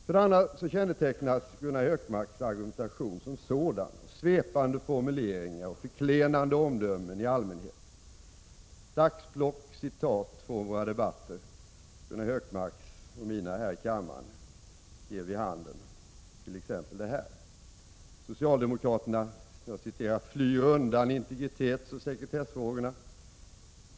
För det andra kännetecknas Gunnar Hökmarks argumentation som sådan av svepande formuleringar och förklenande omdömen i allmänhet. Ett axplock av citat från Gunnar Hökmarks och mina debatter här i kammaren ger vid handen t.ex. detta: Socialdemokraterna ”flyr undan” integritetsoch sekretessfrågorna.